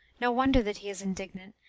no wonder that he is indignant,